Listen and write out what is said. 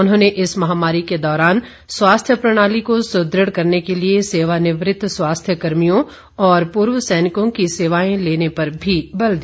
उन्होंने इस महामारी के दौरान स्वास्थ्य प्रणाली को सुदृढ़ करने के लिए सेवानिवृत स्वास्थ्यकर्मियों और पूर्व सैनिकों की सेवाएं लेने पर भी बल दिया